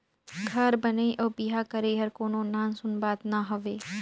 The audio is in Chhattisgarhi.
घर बनई अउ बिहा करई हर कोनो नान सून बात ना हवे